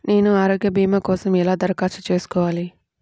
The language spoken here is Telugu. నేను ఆరోగ్య భీమా కోసం ఎలా దరఖాస్తు చేసుకోవాలి?